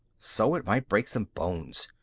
so it might break some bones.